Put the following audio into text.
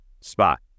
spot